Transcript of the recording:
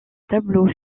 tableau